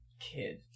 kid